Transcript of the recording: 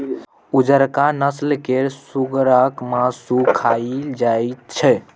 उजरका नस्ल केर सुगरक मासु खाएल जाइत छै